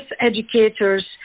educators